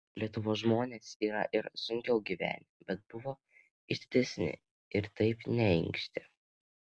lietuvos žmonės yra ir sunkiau gyvenę bet buvo išdidesni ir taip neinkštė